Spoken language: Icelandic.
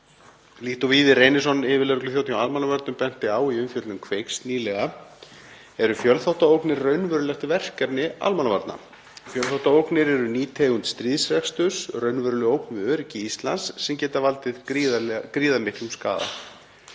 Líkt og Víðir Reynisson, yfirlögregluþjónn hjá almannavörnum, benti á í umfjöllun Kveiks nýlega eru fjölþáttaógnir raunverulegt verkefni almannavarna. Fjölþáttaógnir eru ný tegund stríðsreksturs, raunveruleg ógn við öryggi Íslands sem getur valdið gríðarmiklum skaða.